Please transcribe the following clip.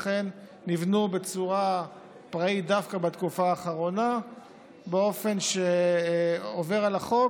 ונבנו בצורה פראית דווקא בתקופה האחרונה באופן שעובר על החוק,